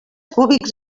cúbics